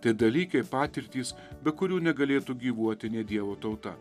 tie dalykai patirtys be kurių negalėtų gyvuoti net dievo tauta